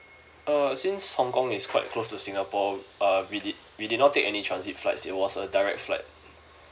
uh since hong kong is quite close to singapore uh we did we did not take any transit flights it was a direct flight